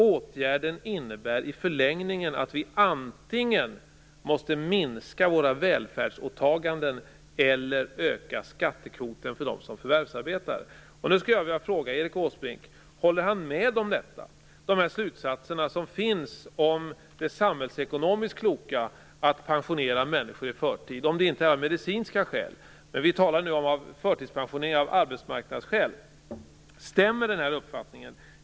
Åtgärden innebär i förlängningen att vi antingen måste minska våra välfärdsåtaganden eller öka skattekvoten för dem som förvärvsarbetar. Då skulle jag vilja fråga Erik Åsbrink om han håller med om de slutsatser som finns om det samhällsekonomiskt kloka i att pensionera människor i förtid. Det handlar alltså inte om medicinska skäl, utan nu talar vi om förtidspensionering av arbetsmarknadsskäl. Stämmer den här uppfattningen?